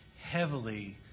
heavily